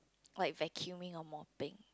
like vacuuming or mopping